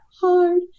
hard